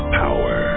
power